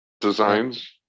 designs